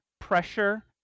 pressure